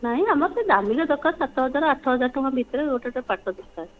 ନାହିଁ ଆମର ସେ ଦାମିକା ଦରକାର ସାତ ହଜାର ଆଠ ହଜାର ଟଙ୍କା ଭିତରେ ଗୋଟେ ଗୋଟେ ପାଟ ଦରକାର